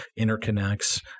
interconnects